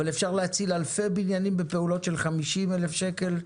אבל אפשר להציל אלפי בניינים בפעולות של 50,000 שקל,